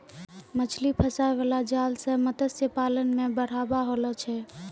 मछली फसाय बाला जाल से मतस्य पालन मे बढ़ाबा होलो छै